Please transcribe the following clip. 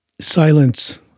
Silence